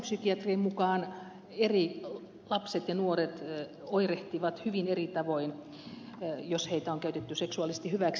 lastenpsykiatrien mukaan eri lapset ja nuoret oirehtivat hyvin eri tavoin jos heitä on käytetty seksuaalisesti hyväksi